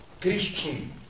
Christian